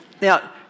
Now